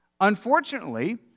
Unfortunately